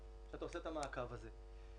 שאתה עושה את המעקב הזה.